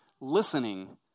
listening